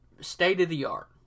state-of-the-art